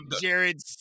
jared